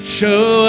show